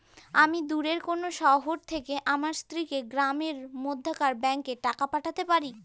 আমি দূরের কোনো শহর থেকে আমার স্ত্রীকে গ্রামের মধ্যেকার ব্যাংকে টাকা পাঠাতে পারি?